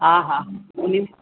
हा हा उने